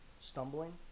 Stumbling